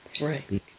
right